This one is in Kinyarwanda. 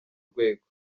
rwego